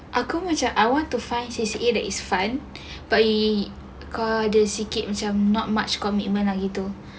aku macam I want to find C_C_A that is fun but kalau ada sikit macam not much commitment lah gitu